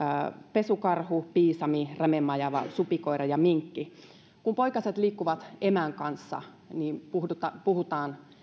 pesukarhun piisamin rämemajavan supikoiran ja minkin kun poikaset liikkuvat emän kanssa niin puhutaan